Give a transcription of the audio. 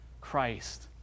Christ